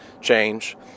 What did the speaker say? change